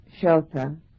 shelter